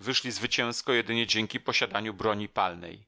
wyszli zwycięsko jedynie dzięki posiadaniu broni palnej